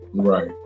Right